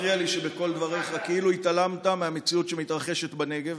הפריע לי שבכל דבריך כאילו התעלמת מהמציאות שמתרחשת בנגב,